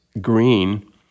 green